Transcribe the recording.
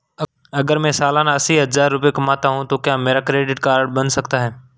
अगर मैं सालाना अस्सी हज़ार रुपये कमाता हूं तो क्या मेरा क्रेडिट कार्ड बन सकता है?